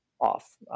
off